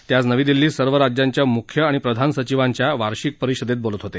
ते आज नवी दिल्लीत सर्व राज्यांच्या मुख्य आणि प्रधान सचिवांच्या वार्षिक परिषदेत बोलत होते